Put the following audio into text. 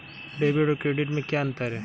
Debit और credit में क्या अंतर है?